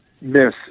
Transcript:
miss